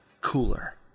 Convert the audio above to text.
cooler